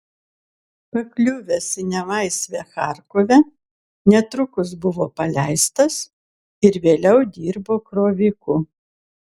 pakliuvęs į nelaisvę charkove netrukus buvo paleistas ir vėliau dirbo kroviku